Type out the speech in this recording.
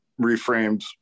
reframed